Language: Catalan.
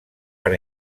per